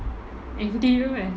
N_T_U meh